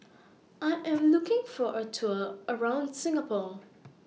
I Am looking For A Tour around Singapore